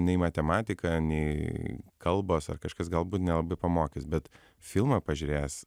nei matematika nei kalbos ar kažkas galbūt nelabai pamokys bet filmą pažiūrėjęs